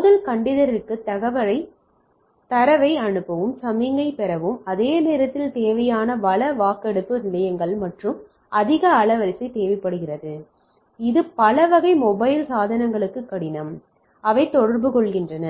மோதல் கண்டறிதலுக்கு தரவை அனுப்பவும் சமிக்ஞை பெறவும் அதே நேரத்தில் தேவையான வள வாக்கெடுப்பு நிலையங்கள் மற்றும் அதிக அலைவரிசை தேவைப்படுகிறது இது பல வகை மொபைல் சாதனங்களுக்கு கடினம் அவை தொடர்புகொள்கின்றன